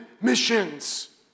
missions